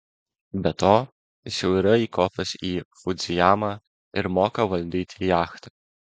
be to jis jau yra įkopęs į fudzijamą ir moka valdyti jachtą